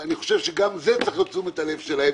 אני חושב שגם כאן צריכה להיות תשומת הלב שלהם